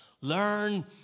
Learn